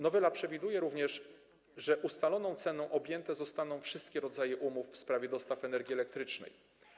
Nowela przewiduje również, że ustaloną ceną objęte zostaną wszystkie rodzaje umów w sprawie dostaw energii elektrycznej.